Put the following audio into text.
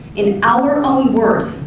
in our own words